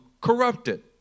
corrupted